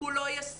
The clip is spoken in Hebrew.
הוא לא ישים.